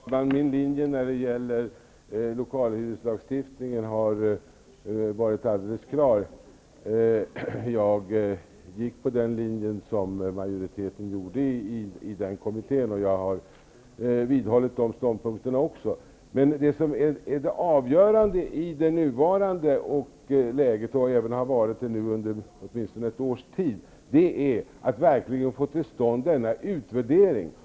Fru talman! Min linje när det gäller lokalhyreslagstiftningen har varit alldeles klar. Jag gick på samma linje som majoriteten i kommittén, och jag har också vidhållit den ståndpunkten. Men det som är avgörande i nuvarande läge, och även har varit det i åtminstone ett års tid, är att man verkligen får till stånd en utvärdering.